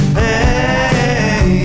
hey